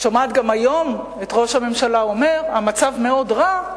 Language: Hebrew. אני שומעת גם היום את ראש הממשלה אומר: המצב מאוד רע,